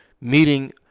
meeting